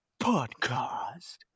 Podcast